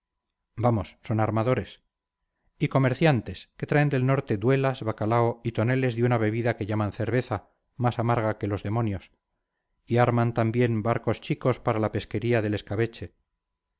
vamos son armadores y comerciantes que traen del norte duelas bacalao y toneles de una bebida que llaman cerveza más amarga que los demonios y arman también barcos chicos para la pesquería del escabeche